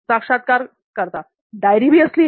साक्षात्कारकर्ता डायरी भी असली है